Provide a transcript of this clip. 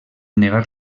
negar